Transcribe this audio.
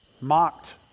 mocked